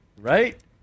Right